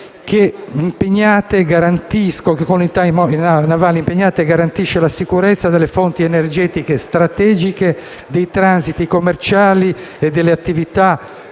che, con le unità impegnate, garantisce la sicurezza delle fonti energetiche strategiche, dei transiti commerciali e delle attività di pesca.